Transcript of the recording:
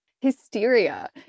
hysteria